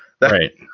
right